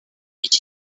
iki